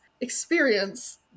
experience